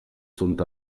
sont